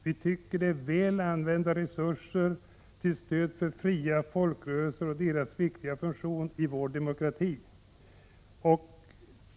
Vi tycker att det är väl använda resurser när de går till stöd åt fria folkrörelser och deras viktiga funktion i vår demokrati.